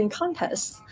contests